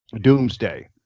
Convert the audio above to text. doomsday